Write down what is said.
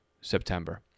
September